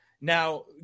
Now